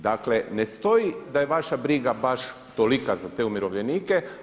Dakle, ne stoji da je vaša briga baš tolika za te umirovljenike.